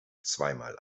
zweimal